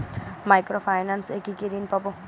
Micro finance এ কি কি ঋণ পাবো?